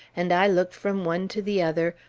and i look from one to the other,